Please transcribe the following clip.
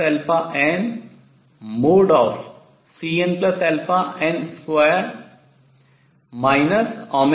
2 nn